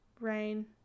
Rain